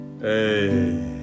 Hey